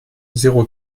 zéro